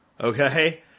Okay